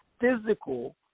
physical